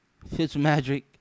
Fitzmagic